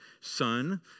son